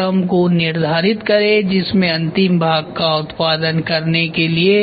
उस क्रम को निर्धारित करें जिसमें अंतिम भाग का उत्पादन करने के लिए